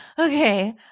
okay